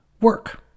work